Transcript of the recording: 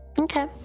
Okay